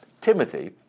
Timothy